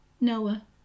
Noah